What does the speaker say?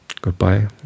Goodbye